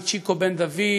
צ'יקו בן דוד,